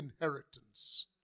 inheritance